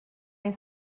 ein